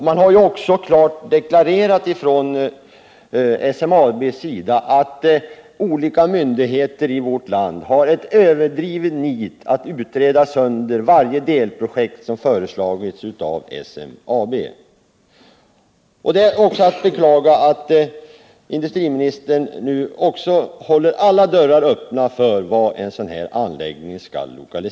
SMAB har också klart deklarerat att olika myndigheter i vårt land har en överdriven nit att utreda sönder varje delprojekt som föreslagits av SMAB. Det är också att beklaga att industriministern håller alla dörrar öppna för var en sådan här anläggning skall ligga.